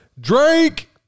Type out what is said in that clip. Drake